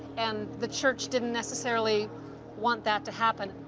and the church didn't necessarily want that to happen.